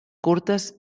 curtes